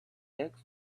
text